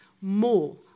more